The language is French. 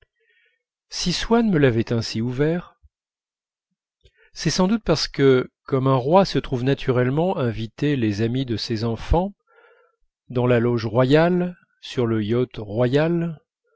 si swann me l'avait ainsi ouvert c'est sans doute parce que comme un roi se trouve naturellement inviter les amis de ses enfants dans la loge royale sur le yacht royal